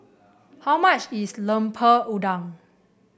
how much is Lemper Udang